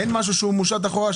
אין משהו שהוא מושת אחורה?